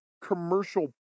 commercial